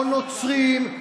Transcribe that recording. או נוצרים,